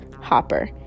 Hopper